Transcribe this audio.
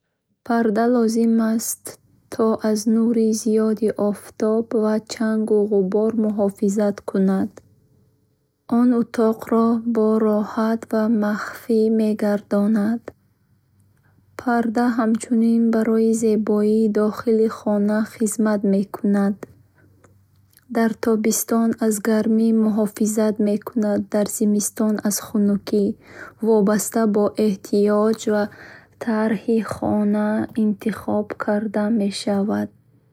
Парда лозим аст, то аз нури зиёди офтоб, ва чангу ғубор он утоқро бароҳат ва махфӣ мегардонад. Парда ҳамчунин барои зебоии дохили хона хизмат мекунад, дар тобистон аз гармӣ муҳофизат мекунад, дар зимистон аз хунукӣ. Вобаста ба эҳтиёҷ ва тарҳи хона интихоб карда мешаванд.